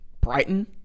Brighton